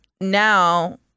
now